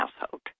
household